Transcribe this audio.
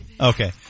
Okay